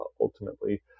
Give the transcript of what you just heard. ultimately